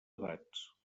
edats